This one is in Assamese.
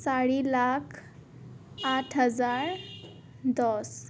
চাৰি লাখ আঠ হাজাৰ দহ